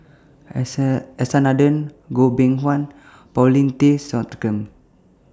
S R S R Nathan Goh Beng Kwan and Paulin Tay Straughan